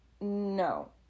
No